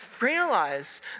realize